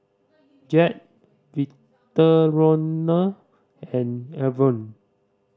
Jed Victoriano and Avon